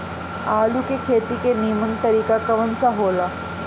आलू के खेती के नीमन तरीका कवन सा हो ला?